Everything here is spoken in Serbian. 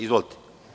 Izvolite.